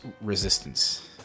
Resistance